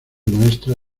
maestra